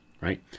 Right